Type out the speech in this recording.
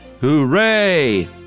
Hooray